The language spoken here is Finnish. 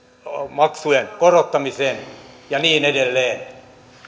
maksujen korottamiseen ja niin edelleen